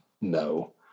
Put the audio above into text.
No